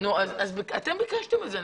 אז אתם ביקשתם את זה.